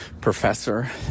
professor